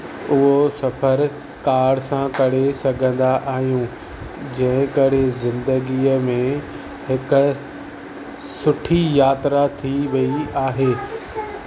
उहो सफ़रु कार सां करे सघंदा आहियूं जंहिं करे ज़िंदगीअ में हिकु सुठी यात्रा थी वई आहे